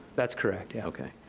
that's correct, yeah okay